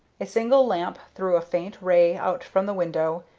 a single lamp threw a faint ray out from the window,